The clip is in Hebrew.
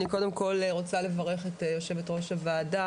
אני קודם כל רוצה לברך את יושבת ראש הוועדה,